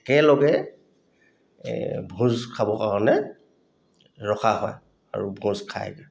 একেলগে এই ভোজ খাবৰ কাৰণে ৰখা হয় আৰু ভোজ খায়